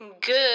Good